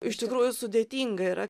iš tikrųjų sudėtinga yra